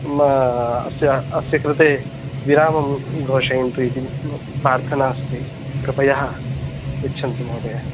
म अस्य कृते विरामं घोषयन्तु इति प्रार्थना अस्ति कृपया यच्छन्तु महोदय